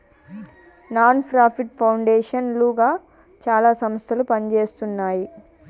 non profit foundation లుగా చాలా సంస్థలు పనిజేస్తున్నాయి